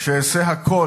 שאעשה הכול,